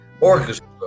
orchestra